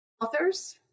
authors